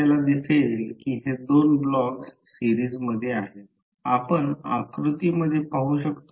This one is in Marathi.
तर याचा अर्थ ∅ Fm l A लिहू शकतो किंवा Fm R लिहू शकतो किंवा P Fm लिहू शकतो